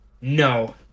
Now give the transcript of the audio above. No